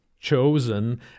chosen